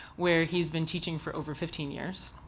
where he's been teaching for over fifteen years.